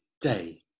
day